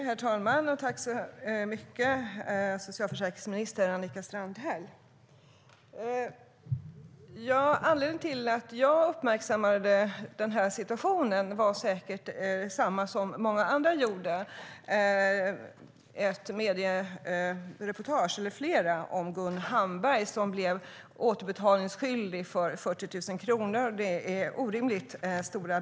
Herr talman! Tack så mycket, socialförsäkringsminister Annika Strandhäll! Anledningen till att jag uppmärksammade den här situationen var säkert av samma anledning som många andra uppmärksammade den. Det var flera mediereportage om Gun Hamberg som blev skyldig att återbetala 40 000 kronor till Skatteverket.